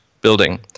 building